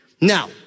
Now